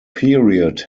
period